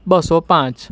બસો પાંચ